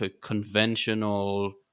conventional